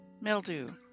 mildew